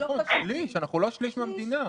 אנחנו לא שליש מהאוכלוסייה.